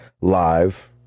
live